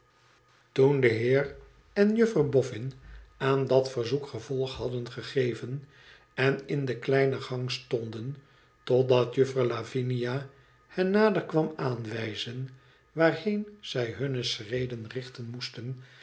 de heer en juffer boffin aan dat verzoek gevolg hadden gegeven en in de kleine gang stonden totdat juffer lavinia hen nader kwam aanwijzen waarheen zij nu hunne schreden richten moesten